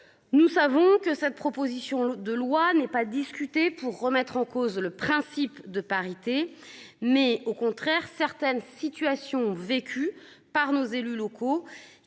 Nous savons que cette proposition de loi n'est pas discuter pour remettre en cause le principe de parité mais au contraire certaines situations vécues par nos élus locaux